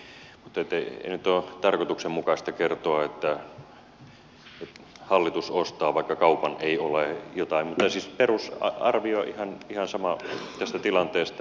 ei nyt ole tarkoituksenmukaista kertoa että hallitus ostaa vaikka kaupan ei ole jotain perusarvio on ihan sama tästä tilanteesta